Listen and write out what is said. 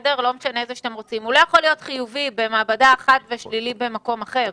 לא משנה איזו חיובי במעבדה אחת ושלילי במקום אחר.